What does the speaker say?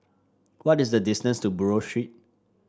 what is the distance to Buroh Street